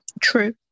True